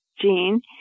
gene